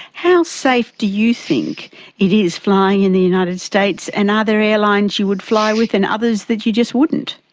how safe do you think it is flying in the united states, and are there airlines that you would fly with and others that you just wouldn't?